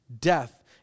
death